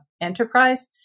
enterprise